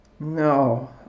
No